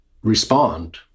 respond